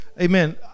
Amen